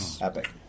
epic